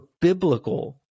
biblical